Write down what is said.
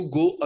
go